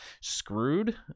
screwed